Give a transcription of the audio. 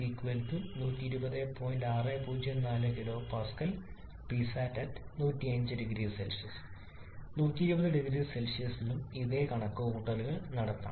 604 kPa Psat 1050C 120 0C യ്ക്കും ഇതേ കണക്കുകൂട്ടൽ നടത്താം